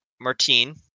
Martine